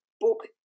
book